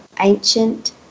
ancient